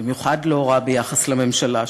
במיוחד לא רע ביחס לממשלה,